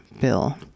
bill